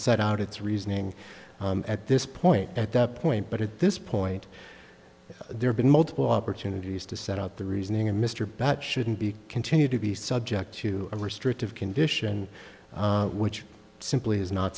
set out its reasoning at this point at that point but at this point there been multiple opportunities to set out the reasoning and mr bat shouldn't be continued to be subject to a restrictive condition which simply is not